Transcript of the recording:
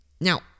Now